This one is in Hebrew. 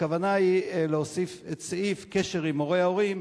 הכוונה היא להוסיף את סעיף "קשר עם הורי הורים",